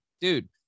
dude